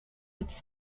its